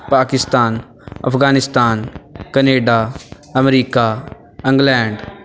Pakistan Afghanistan Canada America England